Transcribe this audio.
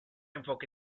enfoque